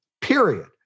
period